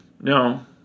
No